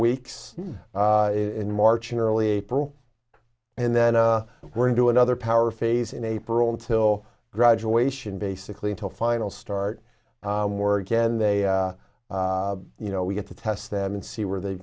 weeks in march in early april and then a we're into another power phase in april until graduation basically until final start more again they you know we get to test them and see where they